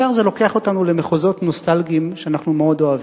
ישר זה לוקח אותנו למחוזות נוסטלגיים שאנחנו מאוד אוהבים.